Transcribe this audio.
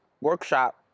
workshop